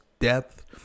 depth